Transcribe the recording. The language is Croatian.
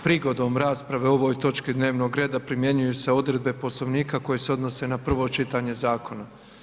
Prigodom rasprave o ovoj točki dnevnog reda primjenjuju se odredbe Poslovnika koje se odnose na prvo čitanje zakona.